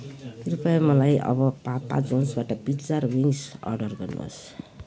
कृपया मलाई अब पापा जोन्सबाट पिज्जा र विङ्स अर्डर गर्नुहोस्